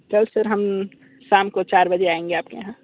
कल सर हम शाम को चार बजे आएंगे आपके यहाँ